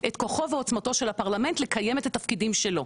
את כוחו ועוצמתו של הפרלמנט לקיים את התפקידים שלו,